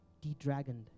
de-dragoned